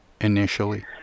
initially